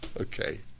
Okay